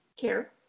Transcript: care